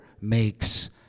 makes